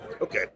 Okay